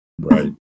Right